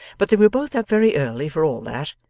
but they were both up very early for all that,